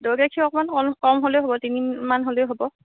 দৈ গাখীৰ অকণমান কম কম হ'লেও হ'ব তিনি মান হ'লেই হ'ব